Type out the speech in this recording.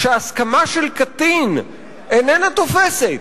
שהסכמה של קטין איננה תופסת,